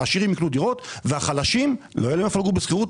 העשירים יקנו דירות והחלשים לא יהיה להם איפה לגור בשכירות.